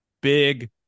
big